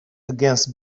against